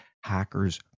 hackers